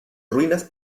ruinas